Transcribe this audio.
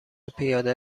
پیاده